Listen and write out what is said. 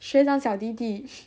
学长小弟弟